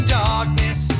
darkness